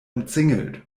umzingelt